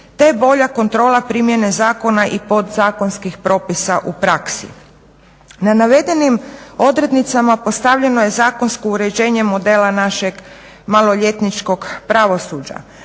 te bolja kontrola primjene zakona i podzakonskih propisa u praksi. Na navedenim odrednicama postavljeno je zakonsko uređenje modela našeg maloljetničkog pravosuđa.